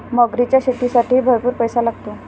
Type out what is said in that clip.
मगरीच्या शेतीसाठीही भरपूर पैसा लागतो